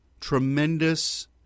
tremendous